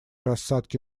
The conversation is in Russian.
рассадки